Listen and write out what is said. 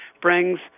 brings